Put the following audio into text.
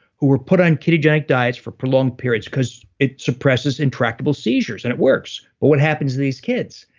who were put on ketogenic diets for prolonged periods, cause it suppresses intractable seizures, and it works. but what happens to these kids?